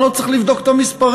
אני לא צריך לבדוק את המספרים.